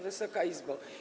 Wysoka Izbo!